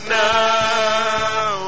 now